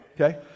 Okay